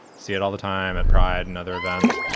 see it all the time at pride and other events.